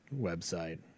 website